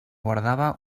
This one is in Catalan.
guardava